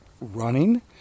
running